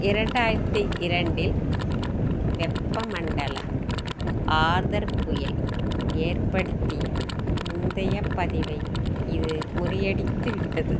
இரண்டாயிரத்தி இரண்டில் வெப்ப மண்டல ஆர்தர் புயல் ஏற்படுத்திய முந்தைய பதிவை இது முறியடித்து விட்டது